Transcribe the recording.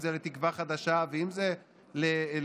אם זה לתקווה חדשה ואם זה לימינה,